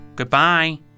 Goodbye